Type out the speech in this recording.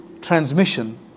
Transmission